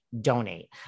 Donate